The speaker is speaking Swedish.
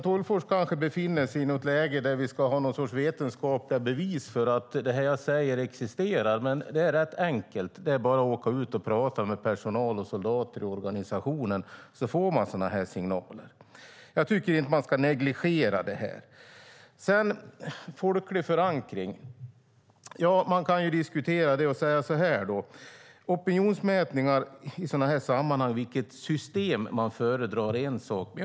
Tolgfors kanske befinner sig i ett läge där vi ska ha vetenskapliga bevis för att det som jag säger existerar. Det är rätt enkelt: Det är bara att åka ut och prata med personal och soldater i organisationen så får man sådana signaler. Jag tycker inte att man ska negligera detta. Man kan ju diskutera frågan om folklig förankring. Opinionsmätningar när det gäller vilket system man föredrar är ju en sak.